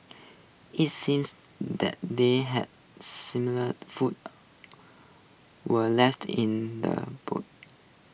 IT seemed that they had smelt the food were left in the boot